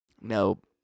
Nope